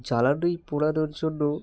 জ্বালানি পোড়ানোর জন্য